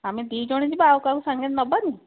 ଆମେ ଦୁଇ ଜଣ ଯିବା ଆଉ କାହାକୁ ସାଙ୍ଗରେ ନେବାନି